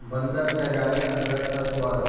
بندر کیا جانے ادرک کا سواد